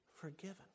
forgiven